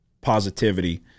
positivity